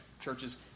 churches